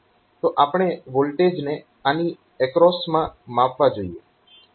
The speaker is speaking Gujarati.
તો આપણે વોલ્ટેજને આની એક્રોસમાં માપવા જોઈએ